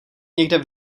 někde